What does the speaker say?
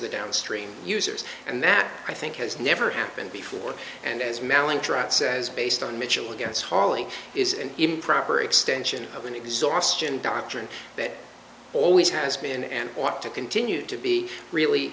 the downstream users and that i think has never happened before and as mallinckrodt says based on mitchell against holly is an improper extension of an exhaustion doctrine that always has been and want to continue to be really